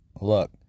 Look